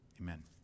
amen